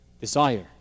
desire